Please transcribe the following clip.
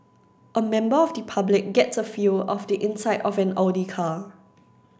a member of the public gets a feel of the inside of an Audi car